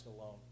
alone